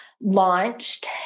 launched